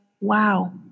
Wow